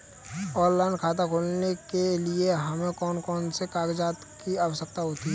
Online खाता खोलने के लिए हमें कौन कौन से कागजात की आवश्यकता होती है?